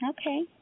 Okay